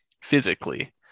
physically